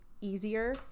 easier